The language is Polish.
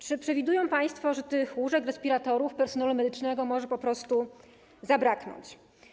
Czy przewidują państwo, że łóżek, respiratorów, personelu medycznego może po prostu zabraknąć?